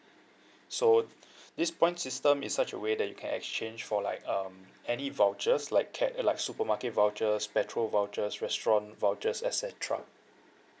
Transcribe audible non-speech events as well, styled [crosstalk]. so [breath] this point system is such a way that you can exchange for like um any vouchers like cat~ like supermarket vouchers petrol vouchers restaurant vouchers et cetera